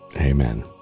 Amen